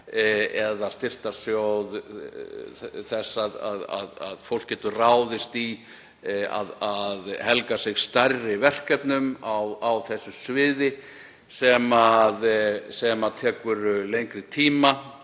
eða styrktarsjóð þess að fólk getur helgað sig stærri verkefnum á þessu sviði sem taka lengri tíma;